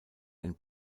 ein